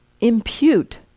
impute